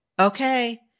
Okay